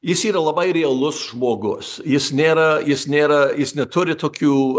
jis yra labai realus žmogus jis nėra jis nėra jis neturi tokių